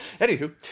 Anywho